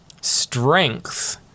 Strength